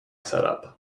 setup